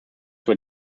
were